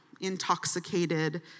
intoxicated